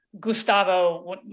Gustavo